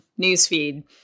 newsfeed